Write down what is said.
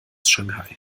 shanghai